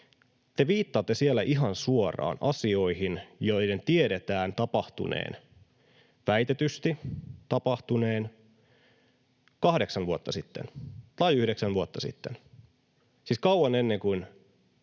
te viittaatte ihan suoraan asioihin, joiden tiedetään tapahtuneen, väitetysti tapahtuneen kahdeksan vuotta sitten tai yhdeksän vuotta sitten, siis kauan ennen kuin